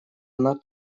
она